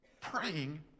praying